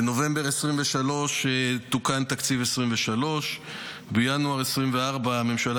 בנובמבר 2023 תוקן תקציב 2023. בינואר 2024 הממשלה